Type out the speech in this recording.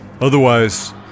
Otherwise